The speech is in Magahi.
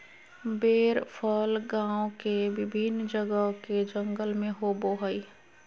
बेर फल गांव के विभिन्न जगह के जंगल में होबो हइ